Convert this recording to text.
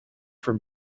from